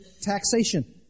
taxation